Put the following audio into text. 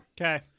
Okay